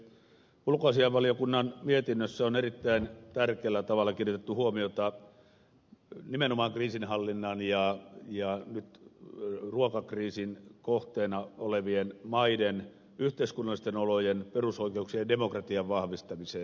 ulkoasiainvaliokunnan mietinnössä on erittäin tärkeällä tavalla kiinnitetty huomiota nimenomaan kriisinhallinnan ja nyt ruokakriisin kohteena olevien maiden yhteiskunnallisten olojen perusoikeuksien ja demokratian vahvistamiseen